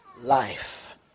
life